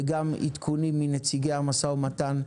וגם עדכונים מנציגי המשא ומתן,